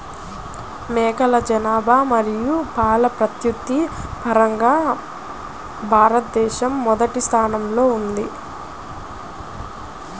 మేకల జనాభా మరియు పాల ఉత్పత్తి పరంగా భారతదేశం మొదటి స్థానంలో ఉంది